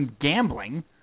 gambling